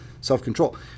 self-control